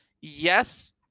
yes